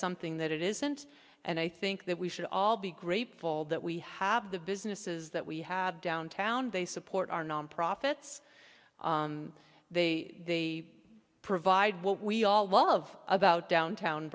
something that it isn't and i think that we should all be grateful that we have the businesses that we have downtown they support our nonprofits they provide what we all love about downtown